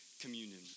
communion